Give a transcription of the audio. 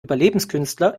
überlebenskünstler